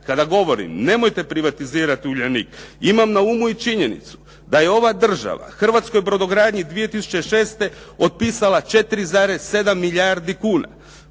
kada govorim nemojte privatizirati "Uljanik" imam na umu i činjenicu da je ova država hrvatskoj brodogradnji 2006. otpisala 4,7 milijardi kuna,